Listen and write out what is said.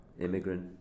immigrant